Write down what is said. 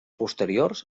posteriors